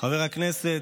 חבר הכנסת,